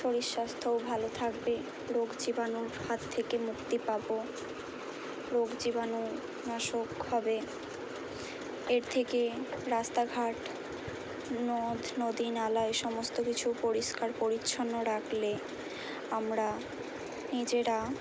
শরীর স্বাস্থ্যও ভালো থাকবে রোগ জীবাণুর হাত থেকে মুক্তি পাবো রোগ জীবাণু নাশক হবে এর থেকে রাস্তাঘাট নদ নদীনালা এসমস্ত কিছু পরিষ্কার পরিচ্ছন্ন রাখলে আমরা নিজেরা